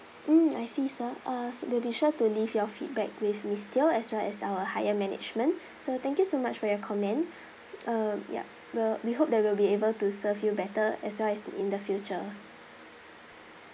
mm I see sir uh we'll be sure to leave your feedback with miss teo as well as our higher management so thank you so much for your comment uh ya we'll we hope that we'll be able to serve you better as well as in the future